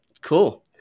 cool